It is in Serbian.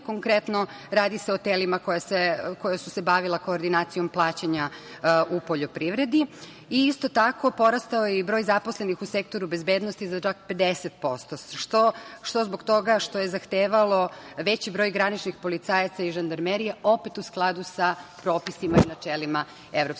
konkretno, radi se o telima koja su se bavila koordinacijom plaćanja u poljoprivredi. Isto tako, porastao je i broj zaposlenih u sektoru bezbednosti za čak 50%, što zbog toga što je zahtevalo veći broj graničnih policajaca i žandarmerije, a opet u skladu sa propisima i načelima EU.Ja